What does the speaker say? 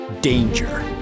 Danger